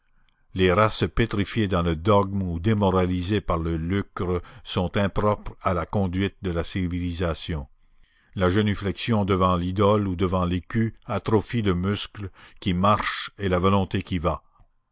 les races pétrifiées dans le dogme ou démoralisées par le lucre sont impropres à la conduite de la civilisation la génuflexion devant l'idole ou devant l'écu atrophie le muscle qui marche et la volonté qui va